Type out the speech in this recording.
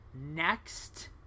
next